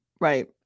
Right